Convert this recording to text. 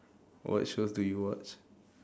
what shows do you watch